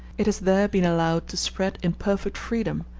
it has there been allowed to spread in perfect freedom,